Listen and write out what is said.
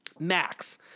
max